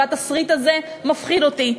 והתסריט הזה מפחיד אותי,